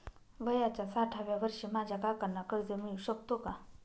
वयाच्या साठाव्या वर्षी माझ्या काकांना कर्ज मिळू शकतो का?